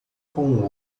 com